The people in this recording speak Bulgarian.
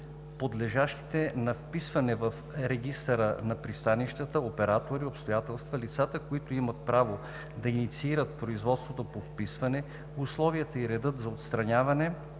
подлежащите на вписване в регистъра на пристанищните оператори обстоятелства; лицата, които имат право да инициират производство по вписване; условията и редът за отстраняване